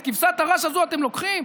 את כבשת הרש הזו אתם לוקחים?